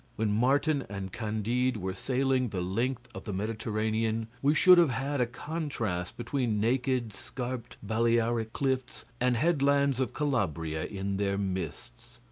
when martin and candide were sailing the length of the mediterranean we should have had a contrast between naked scarped balearic cliffs and headlands of calabria in their mists.